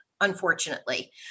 unfortunately